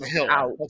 out